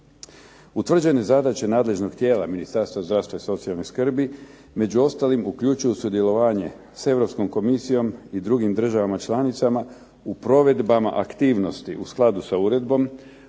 Utvrđene zadaće nadležnog tijela Ministarstva zdravstva i socijalne skrbi među ostalim uključuju sudjelovanje s Europskom komisijom i drugim državama članicama u provedbama aktivnosti u skladu sa Uredbom,